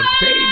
Baby